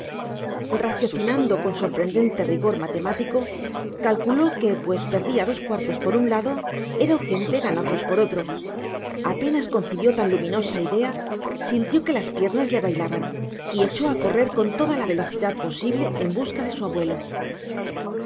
raciocinando con sorprendente rigor matemático calculó que pues perdía dos cuartos por un lado era urgente ganarlos por otro apenas concibió tan luminosa idea sintió que las piernas le bailaban y echó a correr con toda la velocidad posible en busca de su abuelo